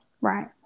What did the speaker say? Right